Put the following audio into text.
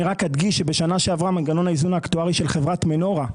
אני רק אדגיש שבשנה שעברה מנגנון האיזון האקטוארי של חברת מנורה,